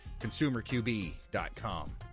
consumerqb.com